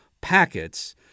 packets